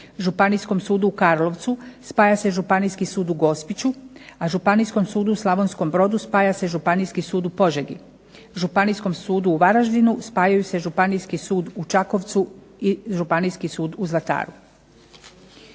Županijskom sudu u Karlovcu spaja se Županijski sud u Gospiću, a Županijskom sudu u Slavonskom Brodu spaja se Županijski sud u Požegi. Županijskom sudu u Varaždinu spajaju se Županijski sud u Čakovcu i Županijski sud u Zlataru.